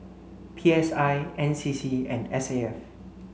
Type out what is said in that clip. P S I N C C and S A F